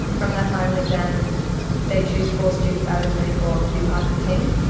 and from that final exam they choose four students out of the twenty four to be part of the team,